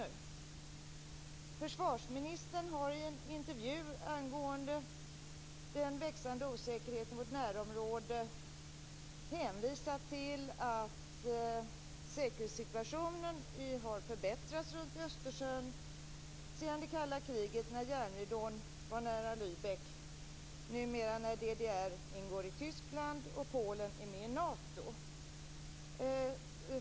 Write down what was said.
Försvarsministern har i en intervju angående den växande osäkerheten i vårt närområde hänvisat till att säkerhetssituationen har förbättrats kring Östersjön sedan det kalla kriget - när järnridån var nära Lübeck - och numera när DDR ingår i Tyskland, och Polen är med i Nato.